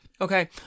Okay